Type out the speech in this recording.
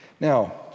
Now